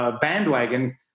bandwagon